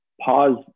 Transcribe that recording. pause